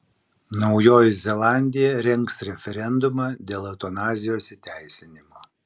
naujoji zelandija rengs referendumą dėl eutanazijos įteisinimo